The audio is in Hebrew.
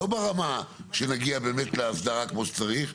לא ברמה שנגיע באמת להסדרה כמו שצריך.